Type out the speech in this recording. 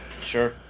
Sure